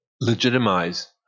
legitimize